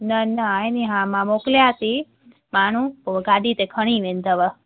न न आहिनि नी हा मां मोकिलियां थी माण्हू पोइ गाॾी ते खणी वेंदव